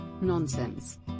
nonsense